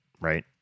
right